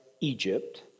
Egypt